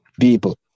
people